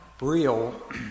real